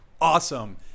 Awesome